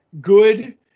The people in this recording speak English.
good